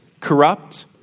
corrupt